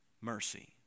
mercy